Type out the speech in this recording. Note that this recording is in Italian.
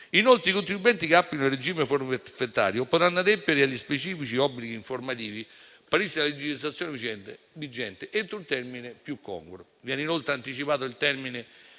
Inoltre, i contribuenti che applicano il regime forfettario potranno adempiere agli specifici obblighi informativi previsti dalla legislazione vigente entro un termine più congruo.